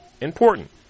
important